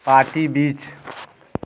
party बीच